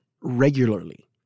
regularly